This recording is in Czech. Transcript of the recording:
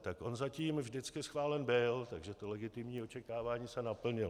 Tak on zatím vždycky schválen byl, takže to legitimní očekávání se naplnilo.